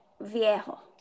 viejo